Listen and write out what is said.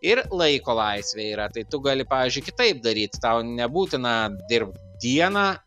ir laiko laisvė yra tai tu gali pavyžiui kitaip daryt tau nebūtina dirb dieną